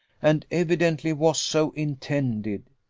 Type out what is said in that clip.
and evidently was so intended.